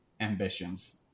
ambitions